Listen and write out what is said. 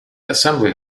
assembly